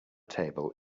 table